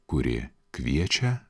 kuri kviečia